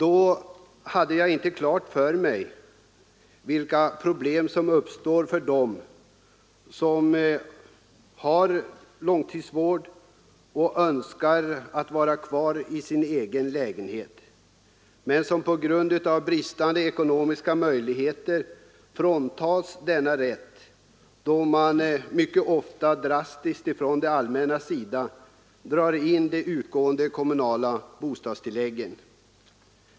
Då hade jag inte klart för mig vilka problem som uppstår för dem som har långtidsvård och önskar vara kvar i sin egen lägenhet men som på grund av bristande ekonomiska möjligheter fråntas denna rätt då man från det allmännas sida, mycket ofta drastiskt, drar in det kommunala bostadstillägget.